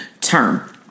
term